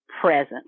present